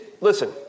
listen